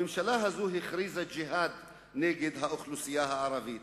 הממשלה הזאת הכריזה ג'יהאד נגד האוכלוסייה הערבית,